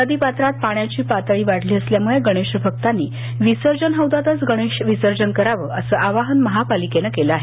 नदीपात्रात पाण्याची पातळी वाढली असल्यामुळे गणेशभक्तांनी विसर्जन हौदातच गणेश विसर्जन करावं असं आवाहन महापालिकेनं केलं आहे